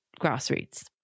grassroots